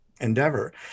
endeavor